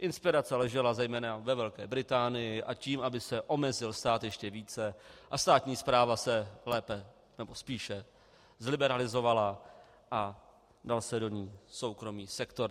Inspirace ležela zejména ve Velké Británii a tím, aby se omezil stát ještě více a státní správa se lépe nebo spíše zliberalizovala a dal se do ní soukromý sektor.